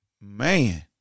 man